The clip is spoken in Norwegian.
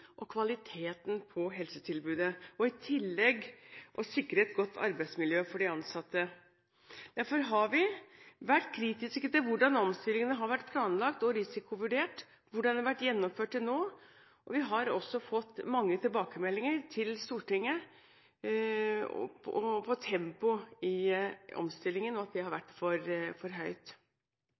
og kvaliteten på helsetilbudet og i tillegg sikre et godt arbeidsmiljø for de ansatte. Derfor har vi vært kritiske til hvordan omstillingene har vært planlagt og risikovurdert og hvordan de har vært gjennomført til nå. Vi har også fått mange tilbakemeldinger til Stortinget om at tempoet i omstillingen har vært for høyt.